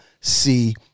see